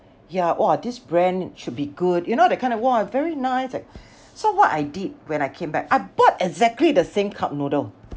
ya !wah! this brand should be good you know that kind of !wah! very nice like so what I did when I came back I bought exactly the same cup noodle